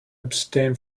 abstain